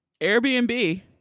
Airbnb